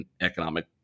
economic